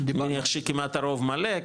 נניח שכמעט הרוב מלא,